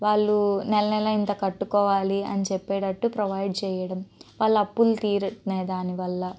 వాళ్ళు నెల నెల ఇంత కట్టుకోవాలి అని చెప్పేటట్టు ప్రొవైడ్ చేయడం వాళ్ళ అప్పులు తీరుతాయి దాని వల్ల